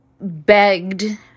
begged